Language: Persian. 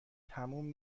تموم